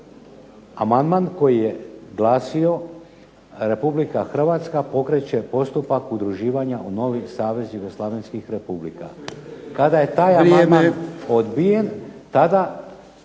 amandman koji je glasio "Republika Hrvatska pokreće postupak udruživanja u novi Savez Jugoslavenskih Republika". Kada je taj amandman odbijen, tada